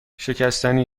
شکستنی